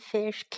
Fish